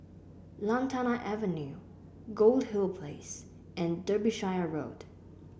Lantana Avenue Goldhill Place and Derbyshire Road